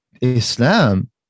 Islam